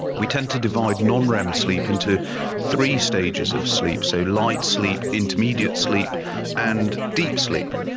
we tend to divide non-rem sleep into three stages of sleep. so, light sleep, intermediate sleep and deep sleep.